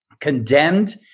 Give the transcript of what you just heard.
condemned